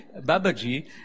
Babaji